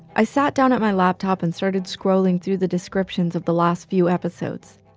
i sat down at my laptop and started scrolling through the descriptions of the last few episodes.